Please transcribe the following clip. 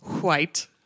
white